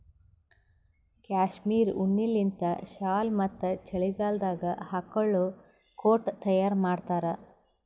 cashmere ಉಣ್ಣಿಲಿಂತ್ shawl ಮತ್ತ್ ಚಳಿಗಾಲದಾಗ್ ಹಾಕೊಳ್ಳ ಕೋಟ್ ತಯಾರ್ ಮಾಡ್ತಾರ್